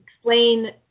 explain